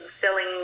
selling